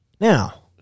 Now